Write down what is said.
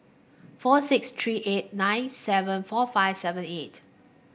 four six three eight nine seven four five seven eight